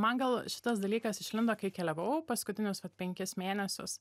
man gal šitas dalykas išlindo kai keliavau paskutinius penkis mėnesius